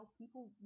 people